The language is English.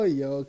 yo